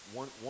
one